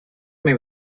may